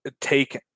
take